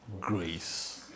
grace